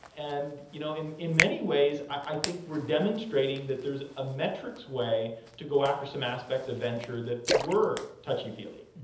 and you know in in many ways, i think we're demonstrating that there is a metrics way to go after some aspects of venture that were touchy-feeling.